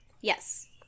Yes